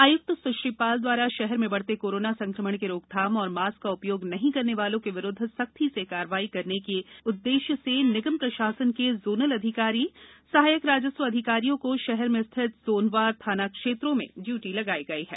आयुक्त सुश्री पाल द्वारा शहर में बढते कोरोना संक्रमण के रोकथाम व मास्क का उपयोग नही करने वालो के विरूद्व सख्ती से कार्यवाही करने के उददेश्य से निगम प्रशासन के झोनल अधिकारी सहायक राजस्व अधिकारियो को शहर में स्थित झोनवार थाना क्षेत्रो में डयूटी लगाई गई है